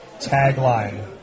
tagline